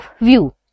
view